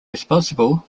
responsible